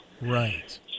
Right